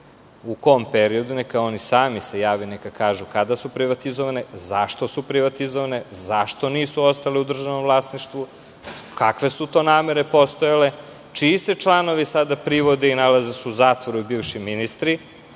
u kom periodu. Neka oni se sami jave i neka kažu kada su privatizovane, zašto su privatizovane, zašto nisu ostale u državnom vlasništvu, kakve su to namere postojale, čiji se članovi sada privode i nalaze se u zatvoru i bivši ministri. Lako